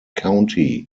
county